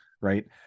Right